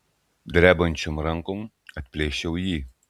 drebančiom rankom atplėšiau jį